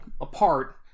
apart